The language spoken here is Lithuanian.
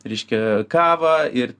reiškia kavą ir